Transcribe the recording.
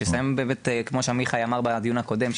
כמו שעמיחי אמר בדיון הקודם,